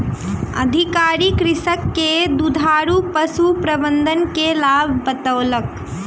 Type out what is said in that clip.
अधिकारी कृषक के दुधारू पशु प्रबंधन के लाभ बतौलक